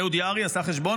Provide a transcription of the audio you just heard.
אהוד יערי עשה חשבון,